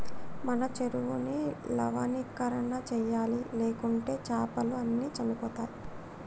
మన చెరువుని లవణీకరణ చేయాలి, లేకుంటే చాపలు అన్ని చనిపోతయ్